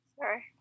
Sorry